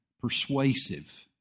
persuasive